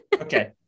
Okay